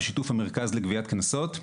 בשיתוף המרכז לגביית קנסות,